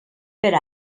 per